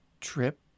trip